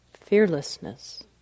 fearlessness